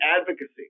advocacy